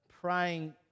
praying